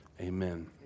Amen